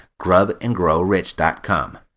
grubandgrowrich.com